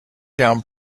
down